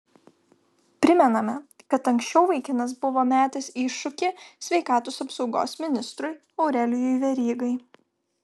primename kad anksčiau vaikinas buvo metęs iššūkį sveikatos apsaugos ministrui aurelijui verygai